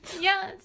yes